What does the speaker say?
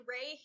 Ray